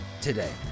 today